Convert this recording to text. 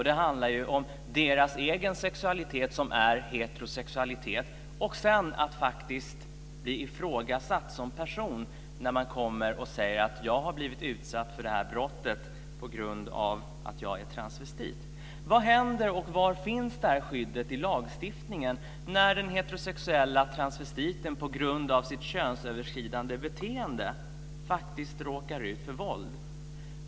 Det handlar om deras egen sexualitet som är heterosexualitet och om att de sedan faktiskt blir ifrågasatta som personer när de kommer och säger att de har blivit utsatta för det här brottet på grund av att de är transvestiter. Vad händer, och var finns skyddet i lagstiftningen när den heterosexuella transvestiten på grund av sitt könsöverskridande beteende faktiskt råkar ut för våld?